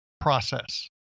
process